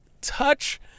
touch